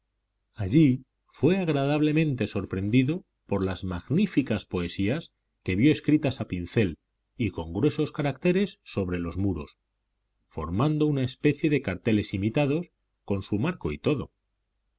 allí fue agradablemente sorprendido por las magníficas poesías que vio escritas a pincel y con gruesos caracteres sobre los muros formando una especie de carteles imitados con su marco y todo